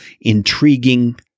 intriguing